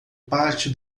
parte